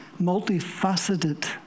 multifaceted